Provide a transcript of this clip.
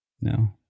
No